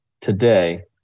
today